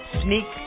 sneak